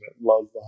love